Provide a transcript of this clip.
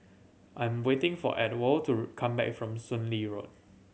I'm waiting for Ewald to come back from Soon Lee Road